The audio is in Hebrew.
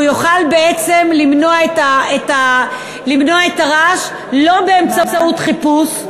והוא יוכל בעצם למנוע את הרעש, לא באמצעות חיפוש.